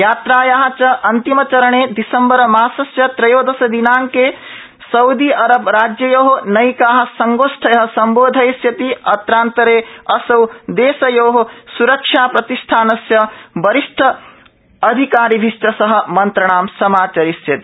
यात्राया च अन्तिमचरणे दिसम्बर मासस्य ट्रयोदशे दिनांके सउदी अरब राज्ययो नैका गोष्ठय सम्बोधयिष्यति अत्रांतरे असौ देशयो स्रक्षा प्रतिष्ठानस्य वरिष्ठ अधिकारिभिश्च सह मन्त्रणां समाचरिष्यति